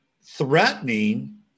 threatening